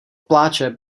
pláče